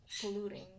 polluting